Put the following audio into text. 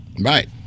Right